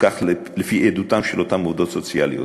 כך לפי עדותן של אותן עובדות סוציאליות.